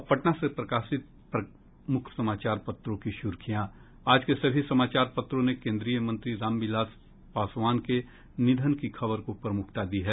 अब पटना से प्रकाशित प्रमुख समाचार पत्रों की सुर्खियां आज के सभी समाचार पत्रों ने केन्द्रीय मंत्री रामविलास पासवान के निधन की खबरों को प्रमुखता दी है